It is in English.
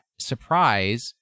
surprise